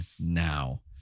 now